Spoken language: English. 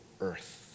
earth